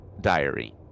diary